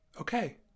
Okay